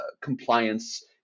compliance